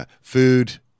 Food